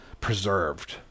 preserved